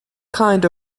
kind